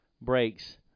breaks